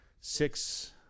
six